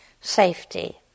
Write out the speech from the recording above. safety